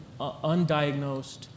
undiagnosed